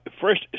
first